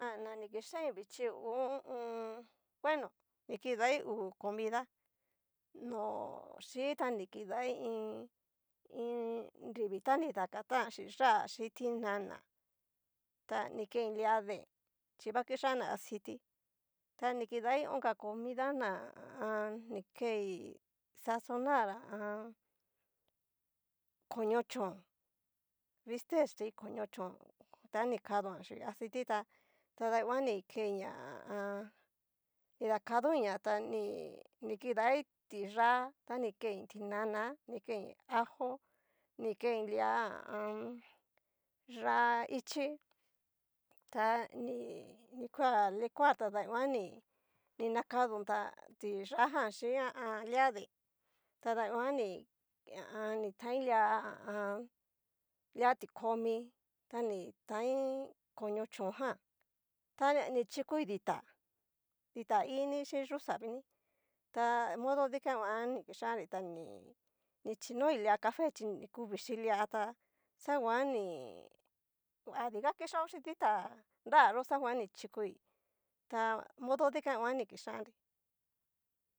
Han na ni kixain vichí hu ho o on. bueno ni kedai uu comida no chuii, ta ni kidai iin, iin nrivi ta ni dakatán chín ya'a chin tinana, ta kei lia deen chi va kixanna aciti, ta ni kidai inka comida ná, ha a an. ni kei, xaxonar ha a an. koño chón, bistes xí koño chón ta ni kaduan chín aciti tá, tada nguan ni keiña ha a an. nidakadoiña ta niii, nikidai tiyá, ta ni kein ti nana, ni kein ajo, ni kein lia ha a an. ya'a ichí, ta ni nikua licual, tadangua ni nakadontá, tiyá jan chín ha a an. lia deen, tada nguan ni ha a an. ni taiin lia ha a an. lia tikomi, ta ni tain koño chón jan, tá ni chikoi ditá, ditá ini xhín yuxa vini, tá modo dikan ngua ni kixanri ta ni nichinoi lia café chi ni ku vichi lia, ta xaguan ní adiga kixao chin dita nrayó xanguan ni chikoi, ta modo dikan nguan ni kichánnri.